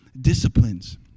disciplines